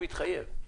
שהתחייב.